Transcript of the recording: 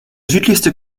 südlichste